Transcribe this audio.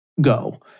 go